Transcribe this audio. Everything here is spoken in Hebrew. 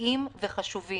ערכיים וחשובים,